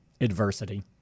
adversity